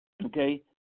Okay